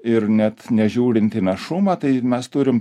ir net nežiūrint į našumą tai mes turim